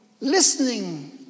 listening